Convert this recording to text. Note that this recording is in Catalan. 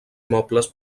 mobles